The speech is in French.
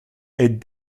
est